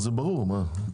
זה ברור, מה.